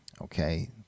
Okay